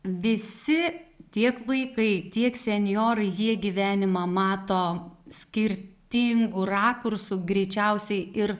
visi tiek vaikai tiek senjorai jie gyvenimą mato skirtingu rakursu greičiausiai ir